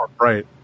Right